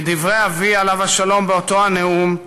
כדברי אבי עליו השלום באותו נאום,